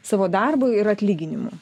savo darbu ir atlyginimu